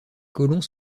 colons